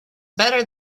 better